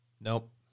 Nope